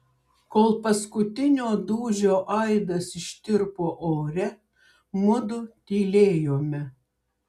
kol paskutinio dūžio aidas ištirpo ore mudu tylėjome